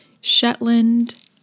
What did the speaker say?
Shetland